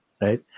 right